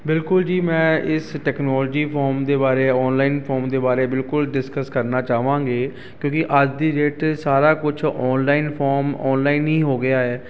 ਬਿਲਕੁਲ ਜੀ ਮੈਂ ਇਸ ਟੈਕਨੋਲਜੀ ਫੋਮ ਦੇ ਬਾਰੇ ਔਨਲਾਈਨ ਫੋਮ ਦੇ ਬਾਰੇ ਬਿਲਕੁਲ ਡਿਸਕਸ ਕਰਨਾ ਚਾਹਵਾਂ ਗੇ ਕਿਉਂਕਿ ਅੱਜ ਦੀ ਡੇਟ 'ਚ ਸਾਰਾ ਕੁਛ ਔਨਲਾਈਨ ਫੋਮ ਔਨਲਾਈਨ ਹੀ ਹੋ ਗਿਆ ਹੈ